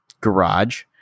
garage